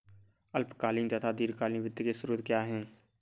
अल्पकालीन तथा दीर्घकालीन वित्त के स्रोत क्या हैं?